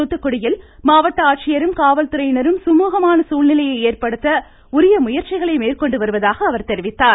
தூத்துக்குடியில் காவல்துறையினரும் சுமுகமான சூழ்நிலையை ஏற்படுத்த உரிய முயற்சிகளை மேற்கொண்டு வருவதாக அவர் தெரிவித்தார்